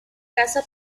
casa